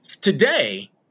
Today